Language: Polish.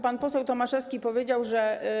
Pan poseł Tomaszewski powiedział, że.